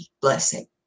blessing